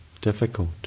difficult